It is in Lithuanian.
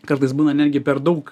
kartais būna netgi per daug